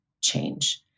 change